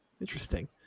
Interesting